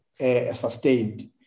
sustained